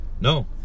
No